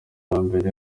mbere